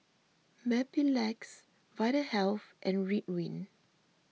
Mepilex Vitahealth and Ridwind